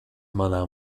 manā